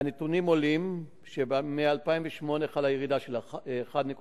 מהנתונים עולה שב-2008 חלה ירידה של 1.1%